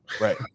right